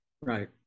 Right